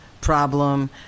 problem